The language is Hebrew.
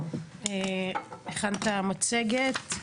הכנת מצגת.